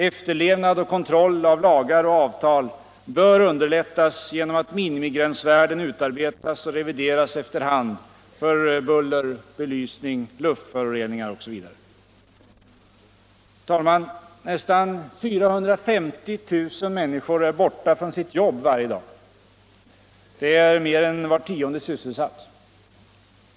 Efterlevnad och kontroll av lagar och avtal bör underlättas genom att minimigränsvärden utarbetas och revideras efter hand för buller, belysning, luftföroreningar osv. Herr talman! Nästan 450 000 människor är borta från sitt jobb varje dag. Det är mer än var tionde sysselsatt.